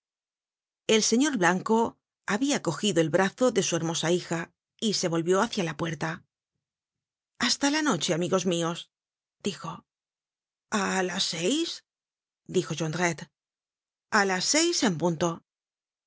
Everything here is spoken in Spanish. el señor blanco habia cogido el brazo de su hermosa hija y se volvió hacia la puerta hasta la noche amigos mios dijo a las seis dijo jondrette a las seis en punto en